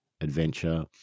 adventure